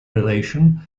relation